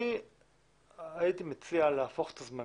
אני הייתי מציע להפוך את הזמנים,